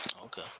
Okay